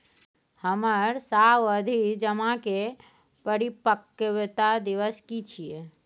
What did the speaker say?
हमर सावधि जमा के परिपक्वता दिवस की छियै?